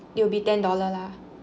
it will be ten dollar lah